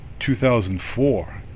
2004